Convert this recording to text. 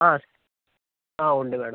ആ ആ ഉണ്ട് മാഡം